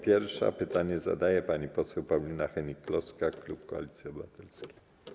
Pierwsza pytanie zada pani poseł Paulina Hennig-Kloska, klub Koalicja Obywatelska.